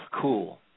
cool